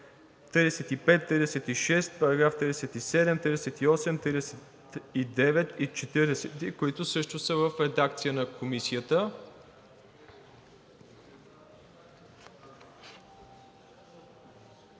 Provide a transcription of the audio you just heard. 35, 36, 37, 38, 39 и 40, които също са в редакция на Комисията.